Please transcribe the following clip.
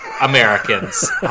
Americans